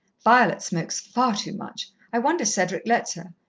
violet smokes far too much. i wonder cedric lets her.